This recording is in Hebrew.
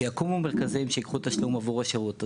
שיקומו מרכזים וייקחו תשלום עבור השירות הזה.